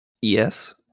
Yes